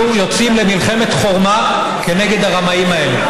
אנחנו יוצאים למלחמת חורמה כנגד הרמאים האלה,